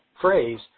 phrase